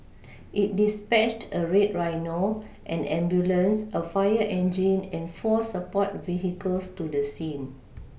it dispatched a red Rhino an ambulance a fire engine and four support vehicles to the scene